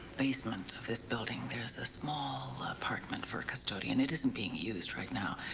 basement of this building, there's a small apartment for a custodian. it isn't being used right now.